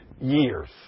years